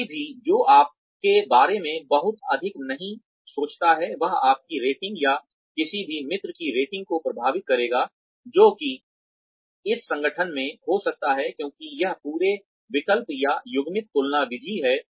कोई भी जो आपके बारे में बहुत अधिक नहीं सोचता है वह आपकी रेटिंग या किसी भी मित्र की रेटिंग को प्रभावित करेगा जो कि इस संगठन में हो सकता है क्योंकि यह पूरे विकल्प या युग्मित तुलना विधि है